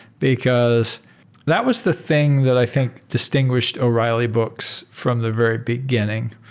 because that was the thing that i think distinguished o'reilly books from the very beginning,